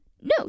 no